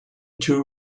two